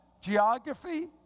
Geography